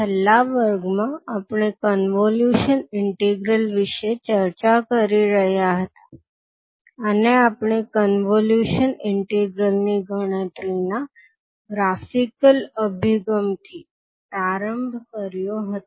છેલ્લા વર્ગમાં આપણે કોન્વોલ્યુશન ઇન્ટિગ્રલ વિશે ચર્ચા કરી રહ્યા હતા અને આપણે કોન્વોલ્યુશન ઇન્ટિગ્રલ ની ગણતરીના ગ્રાફિકલ અભિગમથી પ્રારંભ કર્યો હતો